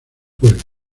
cuelga